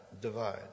divide